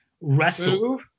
wrestle